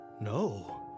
No